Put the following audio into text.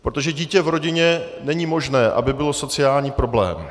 Protože dítě v rodině není možné, aby bylo sociální problém.